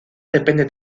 depende